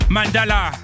Mandala